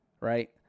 right